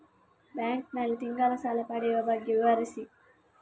Bank ನಲ್ಲಿ ತಿಂಗಳ ಸಾಲ ಪಡೆಯುವ ಬಗ್ಗೆ ವಿವರಿಸಿ?